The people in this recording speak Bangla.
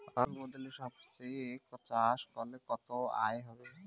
আলুর বদলে সরষে চাষ করলে কতটা আয় হবে?